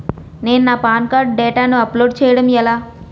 నేను నా PAN card డేటాను అప్లోడ్ చేయడం ఎలా?